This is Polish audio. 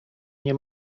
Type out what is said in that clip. nie